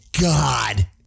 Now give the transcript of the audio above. god